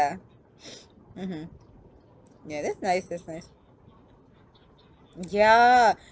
mmhmm ya that's nice that's nice yeah